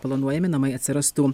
planuojami namai atsirastų